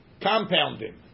compounding